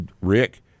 Rick